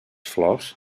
flors